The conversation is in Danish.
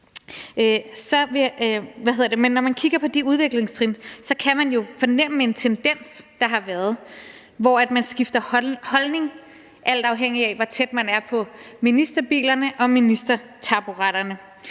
og er meget optaget af herinde – kan der jo fornemmes en tendens, der har været, hvor man skifter holdning, alt afhængigt af hvor tæt man er på ministerbilerne og ministertaburetterne.